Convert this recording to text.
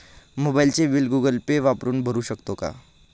मोबाइलचे bill Google pay वापरून भरू शकतो का?